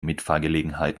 mitfahrgelegenheit